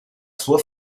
sua